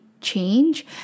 change